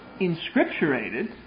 inscripturated